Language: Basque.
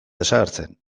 desagertzen